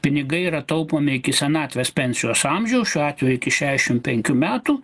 pinigai yra taupomi iki senatvės pensijos amžiaus šiuo atveju iki šesšim penkių metų